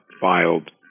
filed